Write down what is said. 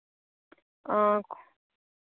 हां